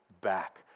back